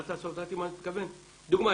דוגמא,